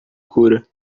cura